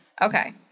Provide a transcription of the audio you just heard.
Okay